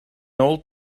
old